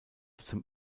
zum